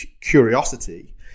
curiosity